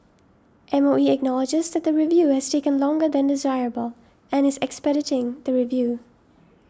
M O E acknowledges that the review has taken longer than desirable and is expediting the review